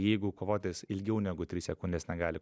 jeigu kovotojas ilgiau negu tris sekundes negali